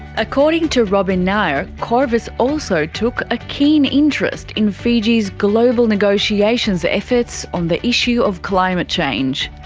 according to robin nair, qorvis also took a keen interest in fiji's global negotiations efforts on the issue of climate change.